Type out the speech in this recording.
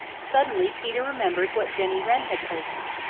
suddenly peter remembered what jenny wren had told him.